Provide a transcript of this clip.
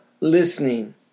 listening